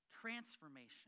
transformation